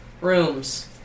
Rooms